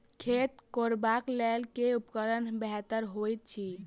खेत कोरबाक लेल केँ उपकरण बेहतर होइत अछि?